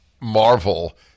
marvel